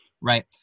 right